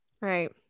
Right